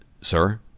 Sir